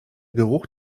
geruch